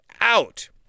out